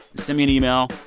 send me an email.